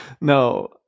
no